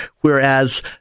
Whereas